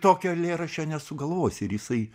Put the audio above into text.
tokio eilėraščio nesugalvosi ir jisai